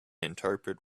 interpret